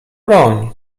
broń